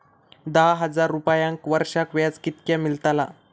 दहा हजार रुपयांक वर्षाक व्याज कितक्या मेलताला?